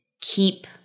keep